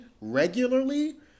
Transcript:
regularly